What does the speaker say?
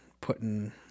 putting